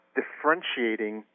differentiating